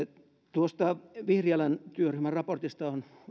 tuosta vihriälän työryhmän raportista on